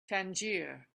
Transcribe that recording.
tangier